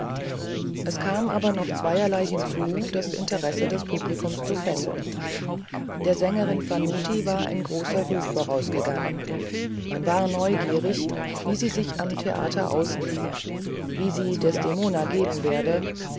es kam aber noch zweierlei hinzu das interesse des publikums zu fesseln der sängerin fanutti war ein großer ruf vorausgegangen man war neugierig wie sie sich am theater ausnehme wie sie desdemona geben werde